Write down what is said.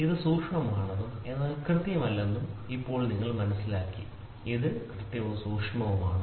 ഇത് സൂക്ഷ്മമാണെന്നും എന്നാൽ കൃത്യമല്ലെന്നും ഇപ്പോൾ നിങ്ങൾ മനസ്സിലാക്കി ഇത് കൃത്യവും സൂക്ഷ്മവുമാണ്